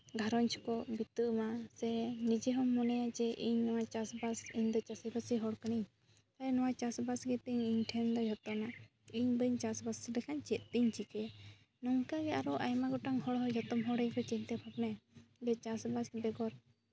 ᱜᱷᱟᱨᱚᱸᱡᱽ ᱠᱚ ᱵᱤᱛᱟᱹᱣ ᱢᱟ ᱥᱮ ᱱᱤᱡᱮ ᱦᱚᱸᱢ ᱢᱚᱱᱮᱭᱟ ᱡᱮ ᱤᱧ ᱱᱚᱣᱟ ᱪᱟᱥᱼᱵᱟᱥ ᱤᱧ ᱫᱚ ᱪᱟᱹᱥᱤᱼᱵᱟᱹᱥᱤ ᱦᱚᱲ ᱠᱟᱹᱱᱟᱹᱧ ᱱᱚᱣᱟ ᱪᱟᱥᱼᱵᱟᱥ ᱜᱮᱛᱮᱧ ᱤᱧ ᱴᱷᱮᱱ ᱫᱚ ᱡᱚᱛᱚᱱᱟᱜ ᱤᱧ ᱵᱟᱹᱧ ᱪᱟᱥᱼᱵᱟᱥ ᱞᱮᱠᱷᱟᱡ ᱪᱮᱫ ᱤᱧ ᱪᱤᱠᱟᱹᱭᱟ ᱱᱚᱝᱠᱟᱜᱮ ᱟᱨᱚ ᱟᱭᱢᱟ ᱜᱚᱴᱟᱝ ᱦᱚᱲ ᱦᱚᱸ ᱡᱚᱛᱚᱢ ᱦᱚᱲ ᱜᱮᱠᱚ ᱪᱤᱱᱛᱟᱹ ᱵᱷᱟᱵᱽᱱᱟᱭᱟ ᱡᱮ ᱪᱟᱥᱼᱵᱟᱥ ᱵᱮᱜᱚᱨ